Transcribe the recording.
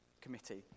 committee